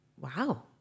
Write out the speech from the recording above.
Wow